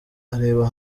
areba